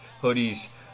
hoodies